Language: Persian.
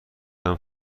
داریم